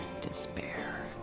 despair